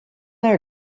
there